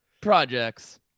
projects